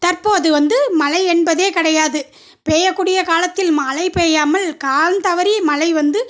தற்போது வந்து மழை என்பதே கிடையாது பெய்யக்கூடிய காலத்தில் மழை பெய்யாமல் காலம் தவறி மழை வந்து